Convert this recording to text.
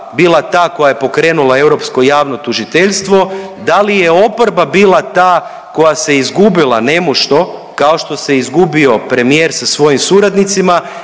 bila ta koja je pokrenula europsko javno tužiteljstvo, da li je oporba bila ta koja se izgubila nemušto kao što se izgubio premijer sa svojim suradnicima